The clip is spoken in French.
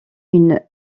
une